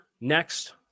next